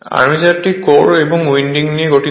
আর্মেচারটি core এবং winding নিয়ে গঠিত